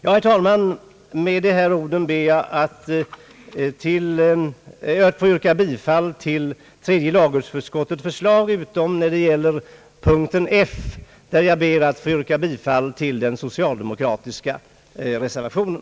Med de orden ber jag, herr talman, att få yrka bifall till tredje lagutskottets förslag utom beträffande punkten F, där jag hemställer om bifall till den socialdemokratiska reservationen.